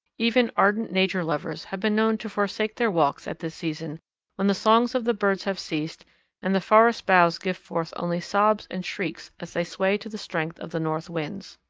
even ardent nature lovers have been known to forsake their walks at this season when the songs of the birds have ceased and the forest boughs give forth only sobs and shrieks as they sway to the strength of the north winds.